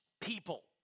people